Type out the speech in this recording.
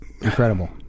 incredible